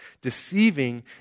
deceiving